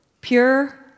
Pure